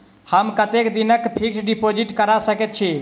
हम कतेक दिनक फिक्स्ड डिपोजिट करा सकैत छी?